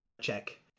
check